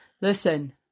Listen